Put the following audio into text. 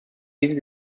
diese